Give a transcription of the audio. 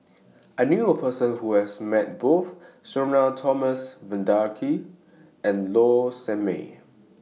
I knew A Person Who has Met Both Sudhir Thomas Vadaketh and Low Sanmay